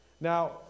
Now